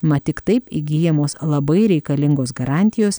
mat tik taip įgyjamos labai reikalingos garantijos